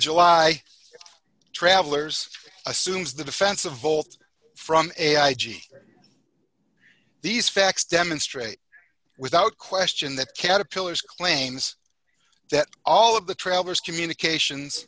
july travelers assumes the defense of volt from a i g these facts demonstrate without question that caterpillars claims that all of the travelers communications